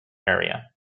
area